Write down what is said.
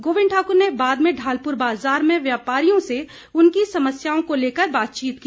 गोविंद ठाकुर ने बाद में ढालपुर बाजार में व्यापारियों से उनकी समस्याओं को लेकर बातचीत की